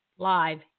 live